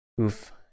Oof